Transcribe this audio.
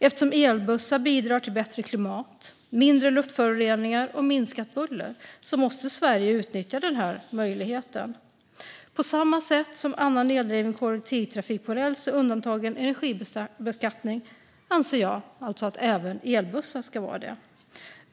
Eftersom elbussar bidrar till bättre klimat, mindre luftföroreningar och minskat buller måste Sverige utnyttja den här möjligheten. På samma sätt som annan eldriven kollektivtrafik på räls är undantagen energibeskattning anser jag att även elbussarna ska vara det.